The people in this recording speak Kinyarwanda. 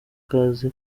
akazi